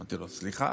אמרתי לו: סליחה.